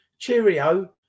cheerio